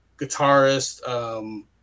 guitarist